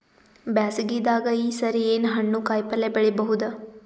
ಬ್ಯಾಸಗಿ ದಾಗ ಈ ಸರಿ ಏನ್ ಹಣ್ಣು, ಕಾಯಿ ಪಲ್ಯ ಬೆಳಿ ಬಹುದ?